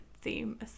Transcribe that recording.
theme